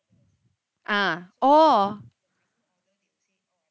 ah oh